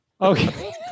Okay